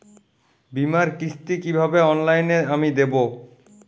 বীমার কিস্তি কিভাবে অনলাইনে আমি দেবো?